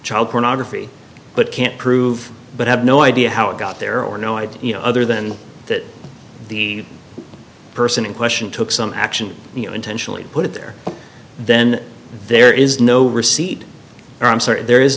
child pornography but can't prove but have no idea how it got there or no idea you know other than that the person in question took some action you know intentionally put it there then there is no receipt i'm certain there is